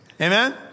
Amen